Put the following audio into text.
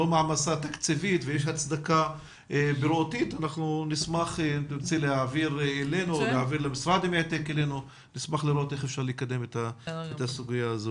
נשמח אם תעבירי אלינו ולמשרד את הנתונים ולפיהם מדובר במקרים בודדים